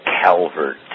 Calvert